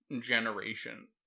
generation